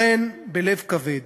לכן, בלב כבד